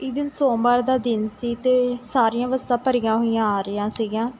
ਇੱਕ ਦਿਨ ਸੋਮਵਾਰ ਦਾ ਦਿਨ ਸੀ ਅਤੇ ਸਾਰੀਆਂ ਬੱਸਾਂ ਭਰੀਆਂ ਹੋਈਆਂ ਆ ਰਹੀਆਂ ਸੀਗੀਆਂ